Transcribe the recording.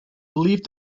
believed